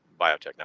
biotechnology